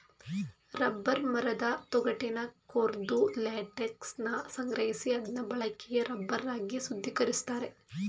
rubber ಮರದ ತೊಗಟೆನ ಕೊರ್ದು ಲ್ಯಾಟೆಕ್ಸನ ಸಂಗ್ರಹಿಸಿ ಅದ್ನ ಬಳಕೆಯ ರಬ್ಬರ್ ಆಗಿ ಶುದ್ಧೀಕರಿಸ್ತಾರೆ